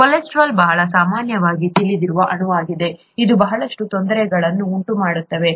cholesterol ಬಹಳ ಸಾಮಾನ್ಯವಾಗಿ ತಿಳಿದಿರುವ ಅಣುವಾಗಿದೆ ಇದು ಬಹಳಷ್ಟು ತೊಂದರೆಗಳನ್ನು ಉಂಟುಮಾಡುತ್ತದೆ